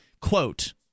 Quote